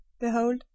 Behold